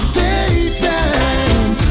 daytime